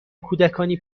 کودکانی